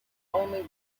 only